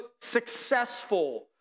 successful